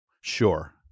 sure